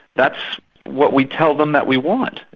that's what we tell them that we want.